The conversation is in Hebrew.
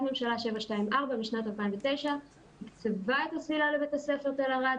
ממשלה 724 משנת 2009 צבעה את הסלילה לבית הספר תל ערד.